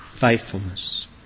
faithfulness